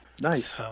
Nice